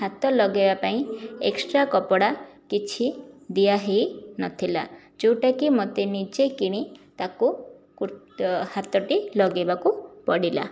ହାତ ଲଗାଇବା ପାଇଁ ଏକ୍ସଟ୍ରା କପଡ଼ା କିଛି ଦିଆହୋଇନଥିଲା ଯେଉଁଟାକି ମୋତେ ନିଜେ କିଣି ତାକୁ କୁର୍ ହାତଟି ଲଗାଇବାକୁ ପଡ଼ିଲା